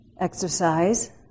exercise